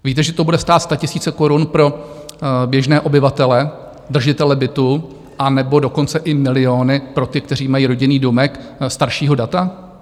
Víte, že to bude stát statisíce korun pro běžné obyvatele, držitele bytu, anebo dokonce i miliony pro ty, kteří mají rodinný domek staršího data?